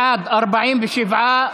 בעד 47,